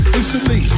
instantly